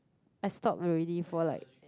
I stop already for like